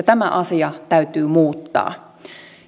tämä asia täytyy muuttaa